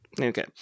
Okay